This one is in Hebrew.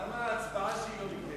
(מס' 18),